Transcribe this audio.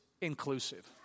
inclusive